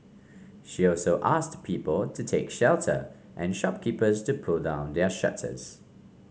she also asked people to take shelter and shopkeepers to pull down their shutters